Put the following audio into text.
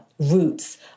roots